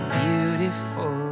beautiful